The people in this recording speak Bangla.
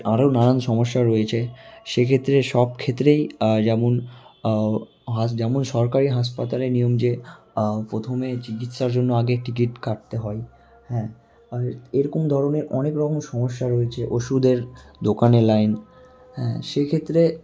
আরো নানান সমস্যা রয়েছে সেক্ষেত্রে সব ক্ষেত্রেই যেমন যেমন সরকারি হাসপাতালে নিয়ম যে প্রথমে চিকিৎসার জন্য আগে টিকিট কাটতে হয় হ্যাঁ আর এরকম ধরনের অনেক রকম সমস্যা রয়েছে ওষুধের দোকানে লাইন হ্যাঁ সেক্ষেত্রে